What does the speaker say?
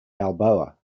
balboa